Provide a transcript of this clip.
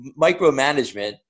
micromanagement